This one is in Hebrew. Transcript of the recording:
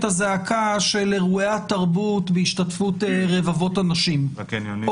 הזעקה של אירועי התרבות בהשתתפות רבבות אנשים -- והקניונים.